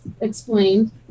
explained